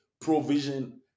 provision